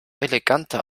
eleganter